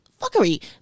fuckery